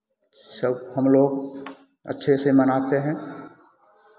सब हमलोग अच्छे से मनाते हैं